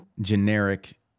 generic